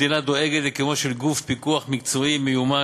המדינה דואגת לקיומו של גוף פיקוח מקצועי ומיומן,